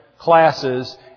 classes